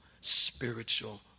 spiritual